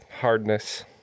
hardness